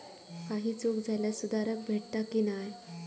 काही चूक झाल्यास सुधारक भेटता की नाय?